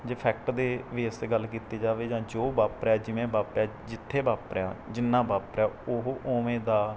ਜੇ ਫੈਕਟ ਦੇ ਬੇਸ 'ਤੇ ਗੱਲ ਕੀਤੀ ਜਾਵੇ ਜਾਂ ਜੋ ਵਾਪਰਿਆ ਜਿਵੇਂ ਵਾਪਰਿਆ ਜਿੱਥੇ ਵਾਪਰਿਆ ਜਿੰਨਾ ਵਾਪਰਿਆ ਉਹ ਉਵੇਂ ਦਾ